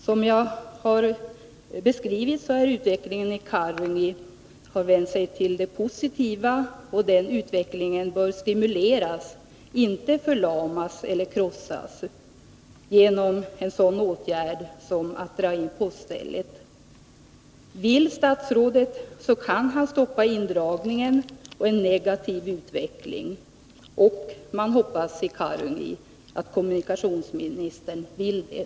Som jag beskrivit har utvecklingen i Karungi vänts till det positiva, och den utvecklingen bör stimuleras — inte förlamas eller krossas genom en sådan åtgärd som att dra in poststället. Vill statsrådet, så kan han stoppa indragningen och en negativ utveckling. Man hoppas i Karungi att kommunikationsministern vill det.